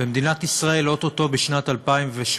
במדינת ישראל, או-טו-טו בשנת 2017,